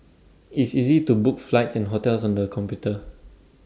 IT is easy to book flights and hotels on the computer